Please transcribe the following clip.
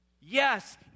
Yes